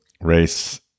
race